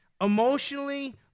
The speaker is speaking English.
emotionally